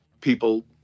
people